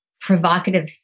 provocative